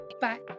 bye